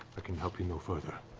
i can help you no further.